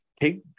take